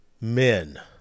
men